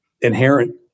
Inherent